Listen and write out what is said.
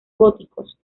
góticos